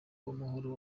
uwamahoro